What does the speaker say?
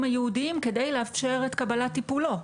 הייעודיים כדי לאפשר את קבלת טיפולו.